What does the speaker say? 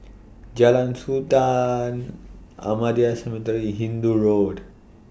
Jalan Sultan Ahmadiyya Cemetery Hindoo Road